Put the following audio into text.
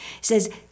says